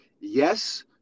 yes